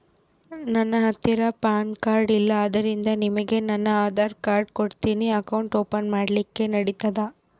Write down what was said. ನನ್ನ ಹತ್ತಿರ PAN card ಇಲ್ಲ ಆದ್ದರಿಂದ ನಿಮಗೆ ನನ್ನ ಆಧಾರ್ ಕಾರ್ಡ್ ಕೊಡ್ತೇನಿ ಅಕೌಂಟ್ ಓಪನ್ ಮಾಡ್ಲಿಕ್ಕೆ ನಡಿತದಾ?